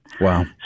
Wow